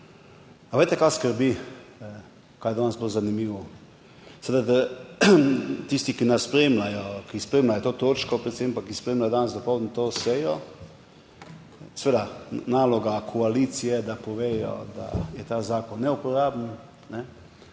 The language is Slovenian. kaj je bilo danes zanimivo? Tisti, ki nas spremljajo, ki spremljajo to točko, predvsem pa, ki spremljajo danes dopoldne to sejo, seveda, naloga koalicije je, da pove, da je ta zakon neuporaben,